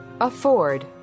Afford